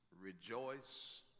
rejoice